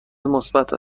مثبت